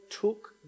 took